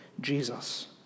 Jesus